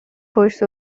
پشت